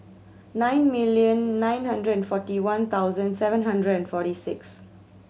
nine million nine hundred and forty one thousand seven hundred and forty six